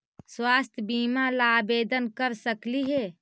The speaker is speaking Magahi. स्वास्थ्य बीमा ला आवेदन कर सकली हे?